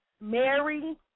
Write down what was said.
Mary